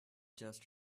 just